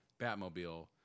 Batmobile